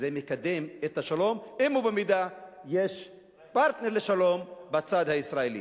מקדם את השלום אם יש פרטנר לשלום בצד הישראלי.